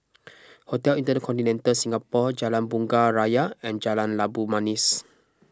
Hotel Intercontinental Singapore Jalan Bunga Raya and Jalan Labu Manis